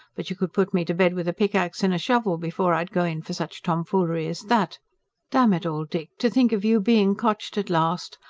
but you could put me to bed with a pick-axe and a shovel before i'd go in for such tomfoolery as that damn it all, dick, to think of you being cotched at last.